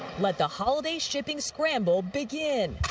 let the holiday shipping scramble begin.